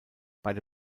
beide